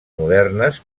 modernes